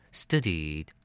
studied